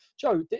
Joe